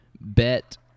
bet